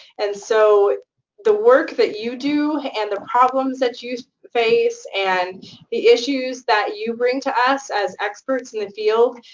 and so the work that you do and the problems that you face and the issues that you bring to us as experts in the field,